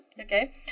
okay